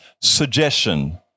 suggestion